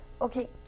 Okay